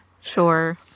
Sure